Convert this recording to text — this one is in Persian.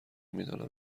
میدانم